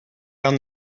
down